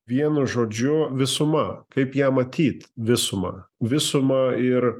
vienu žodžiu visuma kaip ją matyt visumą visumą ir